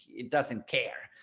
it doesn't care,